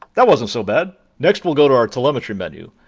that wasn't so bad. next, we'll go to our telemetry menu.